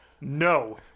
No